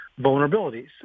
vulnerabilities